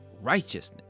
righteousness